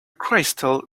crystal